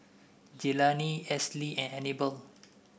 Jelani Esley and Anibal